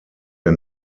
der